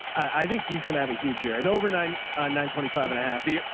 i think he's going to have a huge here and over nine and nine twenty five and a half the